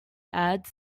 ads